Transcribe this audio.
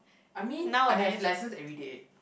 I mean I have lessons everyday